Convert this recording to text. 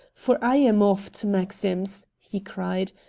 for i am off to maxim's, he cried,